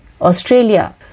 Australia